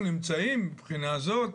אנחנו נמצאים מהבחינה הזאת